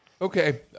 Okay